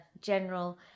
general